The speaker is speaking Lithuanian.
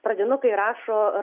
pradinukai rašo